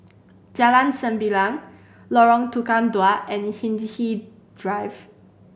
Jalan Sembilang Lorong Tukang Dua and Hindhede Drive